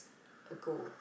ago